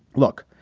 look,